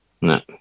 No